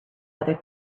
other